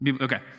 Okay